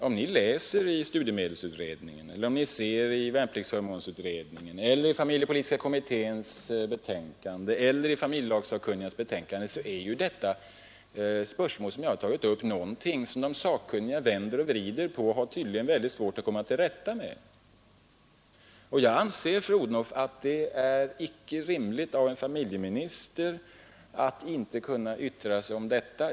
Om ni läser studiemedelsutredningen, värnpliktsförmånsutredningen, familjepolitiska kommitténs betänkande eller familjelagssakkunnigas betänkande kan ni finna att det spörsmål som jag har tagit upp är något som de sakkunniga vänder och vrider på och tydligen har svårt att komma till rätta med. Jag anser, fru Odhnoff, att det inte är rimligt att en familjeminister inte kan yttra sig om detta.